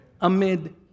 amid